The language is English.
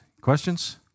Questions